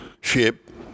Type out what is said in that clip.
ship